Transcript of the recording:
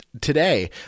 Today